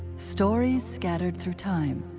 stories scattered through time.